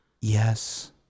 Yes